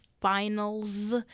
finals